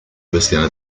bestiame